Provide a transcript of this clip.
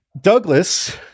Douglas